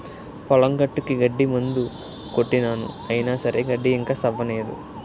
పొలం గట్టుకి గడ్డి మందు కొట్టినాను అయిన సరే గడ్డి ఇంకా సవ్వనేదు